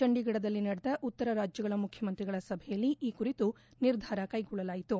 ಚಂಡೀಗಢದಲ್ಲಿ ನಡೆದ ಉತ್ತರ ರಾಜ್ಯಗಳ ಮುಖ್ಯಮಂತ್ರಿಗಳ ಸಭೆಯಲ್ಲಿ ಈ ಕುರಿತು ನಿರ್ಧಾರ ಕೈಗೊಳ್ಳಲಾಯಿತು